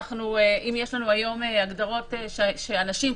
אם יש לנו הגדרות שאנשים,